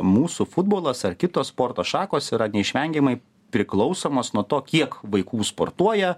mūsų futbolas ar kitos sporto šakos yra neišvengiamai priklausomos nuo to kiek vaikų sportuoja